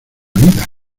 vida